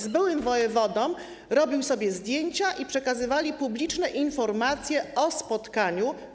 Z byłym wojewodą robił on sobie zdjęcia, przekazywali publiczne informacje o spotkaniu.